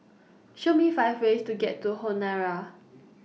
Show Me five ways to get to Honiara